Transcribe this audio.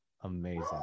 Amazing